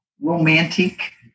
Romantic